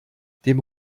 dem